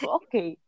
okay